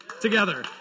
together